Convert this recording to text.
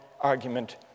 argument